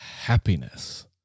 happiness